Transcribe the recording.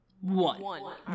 one